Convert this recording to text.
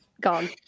gone